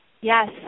Yes